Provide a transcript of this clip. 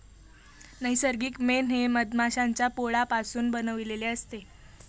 नैसर्गिक मेण हे मधमाश्यांच्या पोळापासून बनविलेले असते